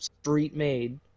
street-made